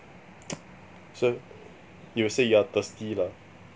so you will say you are thirsty lah